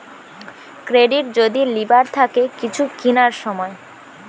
credit যদি লিবার থাকে কিছু কিনার সময়